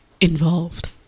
involved